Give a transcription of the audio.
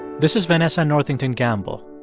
this is vanessa northington gamble.